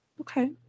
Okay